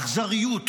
האכזריות,